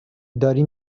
داری